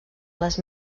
les